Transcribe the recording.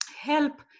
help